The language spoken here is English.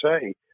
say